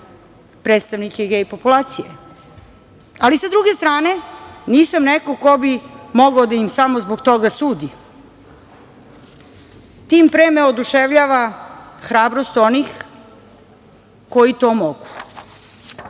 predstavnike gej populacije, ali sa druge strane nisam neko ko bi mogao da im samo zbog toga sudi. Tim pre me oduševljava hrabrost onih koji to mogu.